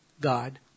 God